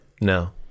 no